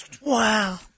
Wow